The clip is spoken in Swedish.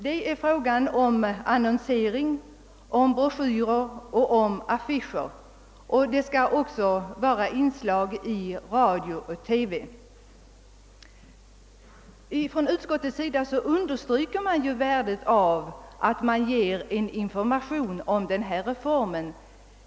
Den skall ske genom annonsering, broschyrer och affischer och även inslag i radio och TV. Från utskottets sida understryker man värdet av att information ges om denna reform.